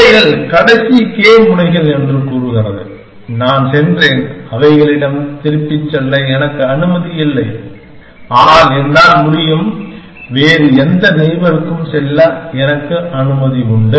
இவைகள் கடைசி K முனைகள் என்று கூறுகிறது நான் சென்றேன் அவைகளிடம் திரும்பிச் செல்ல எனக்கு அனுமதி இல்லை ஆனால் என்னால் முடியும் வேறு எந்த நெய்பருக்கும் செல்ல எனக்கு அனுமதி உண்டு